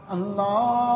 Allah